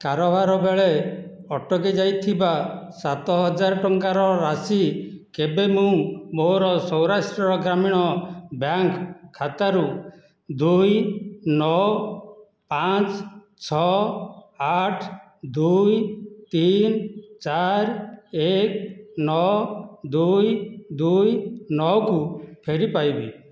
କାରବାର ବେଳେ ଅଟକି ଯାଇଥିବା ସାତ ହଜାର ଟଙ୍କାର ରାଶି କେବେ ମୁଁ ମୋର ସ୍ଵରାଷ୍ଟ୍ର ଗ୍ରାମୀଣ ବ୍ୟାଙ୍କ୍ ଖାତାରୁ ଦୁଇ ନଅ ପାଞ୍ଚ ଛଅ ଆଠ ଦୁଇ ତିନ ଚାର ଏକ ନଅ ଦୁଇ ଦୁଇ ନଅ କୁ ଫେରିପାଇବି